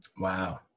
Wow